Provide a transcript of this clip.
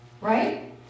Right